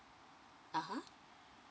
(uh huh)